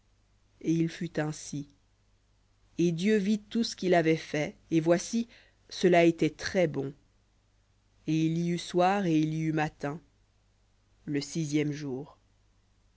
et il fut ainsi et dieu vit tout ce qu'il avait fait et voici cela était très-bon et il y eut soir et il y eut matin le sixième jour